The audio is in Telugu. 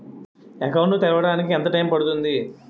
అకౌంట్ ను తెరవడానికి ఎంత టైమ్ పడుతుంది?